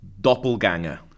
doppelganger